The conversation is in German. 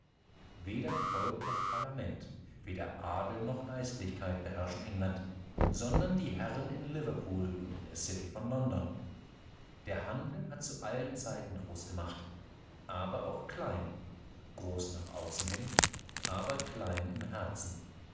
weder volk noch parlament weder adel noch geistlichkeit beherrschen england sondern die herren in liverpool und in der city von london der handel hat zu allen zeiten groß gemacht aber auch klein groß nach außen hin aber klein im herzen